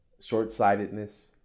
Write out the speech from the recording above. short-sightedness